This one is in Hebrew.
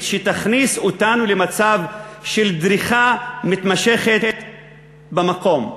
שתכניס אותנו למצב של דריכה מתמשכת במקום.